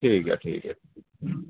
ਠੀਕ ਹੈ ਠੀਕ ਹੈ